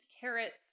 carrots